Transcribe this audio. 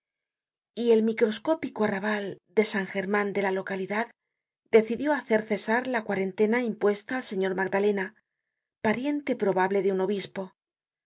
y el microscópico arrabal de san german de la localidad decidió hacer cesar la cuarentena impuesta al señor magdalena pariente probable de un obispo